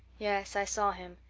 yes, i saw him.